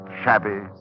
shabby